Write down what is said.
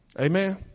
Amen